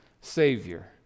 Savior